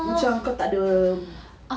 macam kau takde